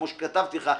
כמו שכתבתי לך,